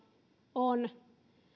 on